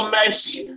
mercy